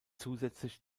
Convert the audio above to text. zusätzlich